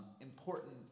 important